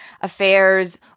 affairs